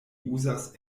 uzas